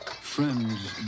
Friends